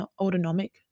autonomic